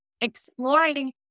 exploring